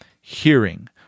hearing